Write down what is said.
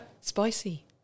Spicy